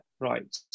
Right